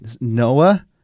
Noah